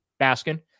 baskin